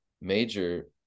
major